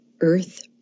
earth